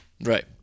Right